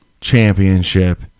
Championship